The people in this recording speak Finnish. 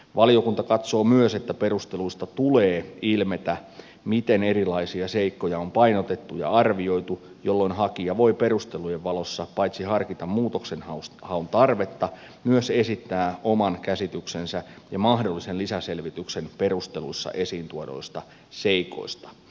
valiokunta katsoo myös että perusteluista tulee ilmetä miten erilaisia seikkoja on painotettu ja arvioitu jolloin hakija voi perustelujen valossa paitsi harkita muutoksenhaun tarvetta myös esittää oman käsityksensä ja mahdollisen lisäselvityksen perusteluissa esiin tuoduista seikoista